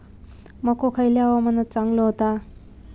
मको खयल्या हवामानात चांगलो होता?